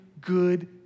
good